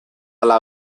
hala